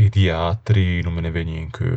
E di atri no me ne vëgne in cheu.